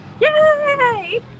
Yay